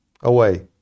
away